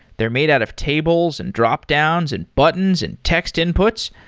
they're made out of tables, and dropdowns, and buttons, and text inputs.